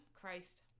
Christ